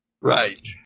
Right